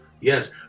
yes